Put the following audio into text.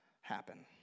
happen